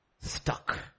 Stuck